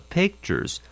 pictures